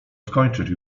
skończyć